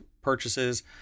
purchases